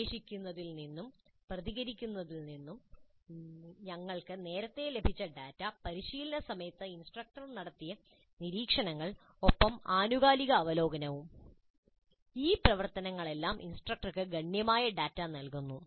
അന്വേഷിക്കുന്നതിൽ നിന്നും പ്രതികരിക്കുന്നതിൽ നിന്നും ഞങ്ങൾക്ക് നേരത്തെ ലഭിച്ച ഡാറ്റ പരിശീലന സമയത്ത് ഇൻസ്ട്രക്ടർ നടത്തിയ നിരീക്ഷണങ്ങൾ ഒപ്പം ആനുകാലിക അവലോകനവും ഈ പ്രവർത്തനങ്ങളെല്ലാം ഇൻസ്ട്രക്ടർക്ക് ഗണ്യമായ ഡാറ്റ നൽകുന്നു